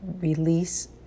release